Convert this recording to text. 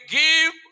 give